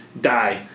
die